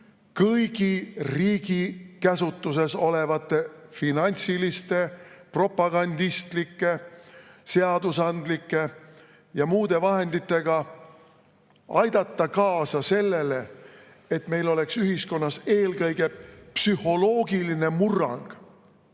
kõigi riigi käsutuses olevate finantsiliste, propagandistlike, seadusandlike ja muude vahenditega aidata kaasa sellele, et meil oleks ühiskonnas eelkõige psühholoogiline murrang,